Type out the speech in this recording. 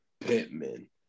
Pittman